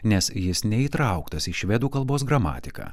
nes jis neįtrauktas į švedų kalbos gramatiką